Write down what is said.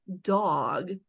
dog